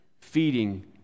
feeding